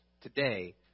today